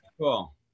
Cool